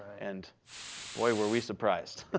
and boy, were we surprised. but